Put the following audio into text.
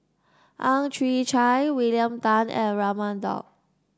Ang Chwee Chai William Tan and Raman Daud